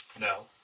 no